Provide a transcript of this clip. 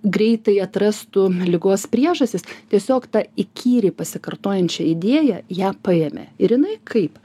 greitai atrastų ligos priežastis tiesiog tą įkyriai pasikartojančią idėją ją paėmė ir jinai kaip